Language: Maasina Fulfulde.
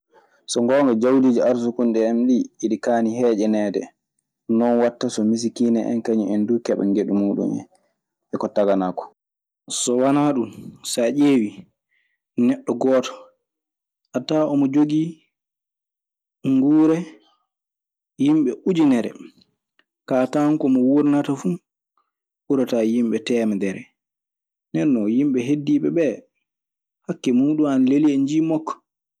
So ngoonga jawdiiji arsukunte en ɗii e ɗii kaani heeƴaneede, non watta so misikiina en kañun en duu keɓa ngeɗu muuɗun en e ko taganaa koo. So wanaa ɗum so a ƴeewi neɗɗo goɗɗo a tawan omo jogii nguure yimɓe ujinere. Sa tawan ko wurnata fuu ɓuraa yimɓe teemedere. Ndennoo, yimɓe heddiiɓee hakke muuɗum ana leeli e njii makko.